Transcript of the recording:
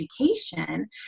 education